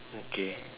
okay